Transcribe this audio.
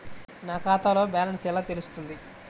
నా ఖాతాలో బ్యాలెన్స్ ఎలా తెలుస్తుంది?